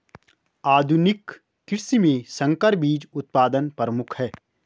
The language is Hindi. आधुनिक कृषि में संकर बीज उत्पादन प्रमुख है